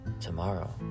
tomorrow